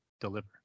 deliver